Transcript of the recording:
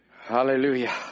Hallelujah